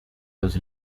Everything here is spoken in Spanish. los